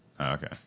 Okay